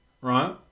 right